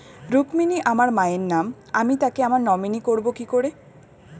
রুক্মিনী আমার মায়ের নাম আমি তাকে আমার নমিনি করবো কি করে?